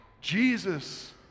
Jesus